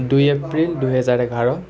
দুই এপ্ৰিল দুহেজাৰ এঘাৰ